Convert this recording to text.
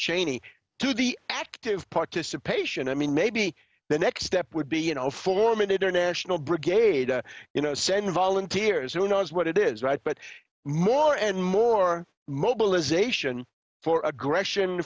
cheney to the active participation i mean maybe the next step would be you know form an international brigade you know same volunteers who knows what it is right but more and more mobilization for aggression